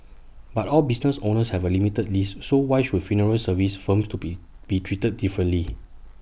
but all business owners have A limited lease so why should funeral services firms to be be treated differently